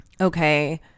okay